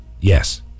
Yes